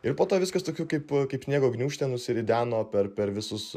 ir po to viskas tokių kaip kaip sniego gniūžtė nusirideno per per visus